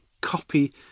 copy